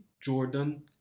Jordan